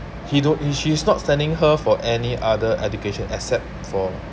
he don't she's not sending her for any other education except for